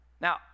Now